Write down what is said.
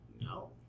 no